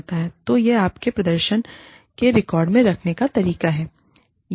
तो यह आपके प्रदर्शन के रिकॉर्ड रखने का एक तरीका है